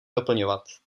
doplňovat